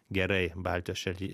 gerai baltijos šaly